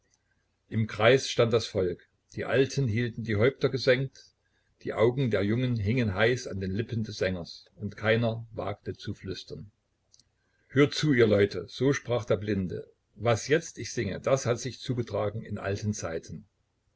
im kreis stand das volk die alten hielten die häupter gesenkt die augen der jungen hingen heiß an den lippen des sängers und keiner wagte zu flüstern hört zu ihr leute so sprach der blinde was jetzt ich singe das hat sich zugetragen in alten zeiten